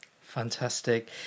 fantastic